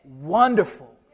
wonderful